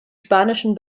spanischen